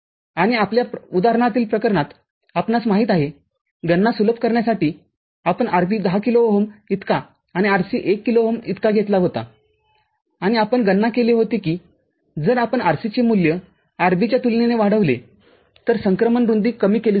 आणि आपल्या उदाहरणातील प्रकरणात आपणास माहित आहे गणना सुलभ करण्यासाठी आपण RB १० किलो ओहम इतका आणि RC १ किलो ओहम घेतला होता आणि आपण गणना केली आहे की जर आपण RC चे मूल्य RB च्या तुलनेने वाढविले तर संक्रमण रुंदी कमी केली जाऊ शकते